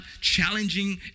challenging